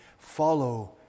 Follow